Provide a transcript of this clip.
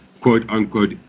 quote-unquote